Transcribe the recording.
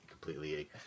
completely